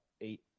eight